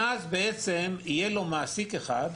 ואז בעצם יהיה לו מעסיק אחד,